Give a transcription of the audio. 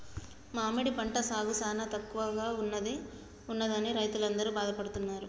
మామిడి పంట సాగు సానా తక్కువగా ఉన్నదని రైతులందరూ బాధపడుతున్నారు